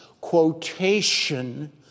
quotation